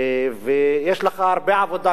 יש לך הרבה עבודה כאן,